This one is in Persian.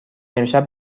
امشب